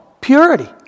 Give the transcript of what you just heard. purity